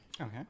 Okay